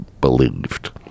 believed